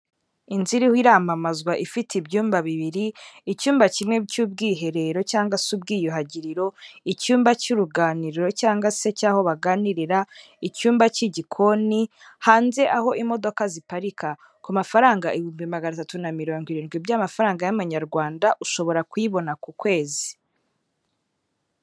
Inzu iriho iramamazwa ifite ibyumba bibiri, icyumba kimwe cy'ubwiherero cyangwa se ubwiyuhagiriro, icyumba cy'uruganiriro cyangwa se cy'aho baganirira, icyumba cy'igikoni hanze aho imodoka ziparika. Ku mafaranga ibihumbi magana atatu na mirongo irindwi by'amafaranga y'amanyarwanda, ushobora kuyibona ku kwezi.